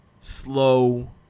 slow